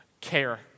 care